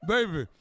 Baby